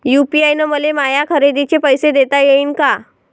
UPI न मले माया खरेदीचे पैसे देता येईन का?